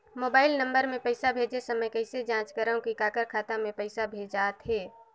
Mobile number मे पइसा भेजे समय कइसे जांच करव की काकर खाता मे पइसा भेजात हे?